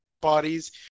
bodies